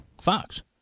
Fox